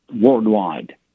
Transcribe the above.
worldwide